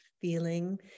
feeling